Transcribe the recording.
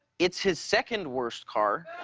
it's his second-worst car.